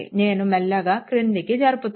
నేను మెల్లగా క్రిందికి జరుపుతాను